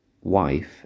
wife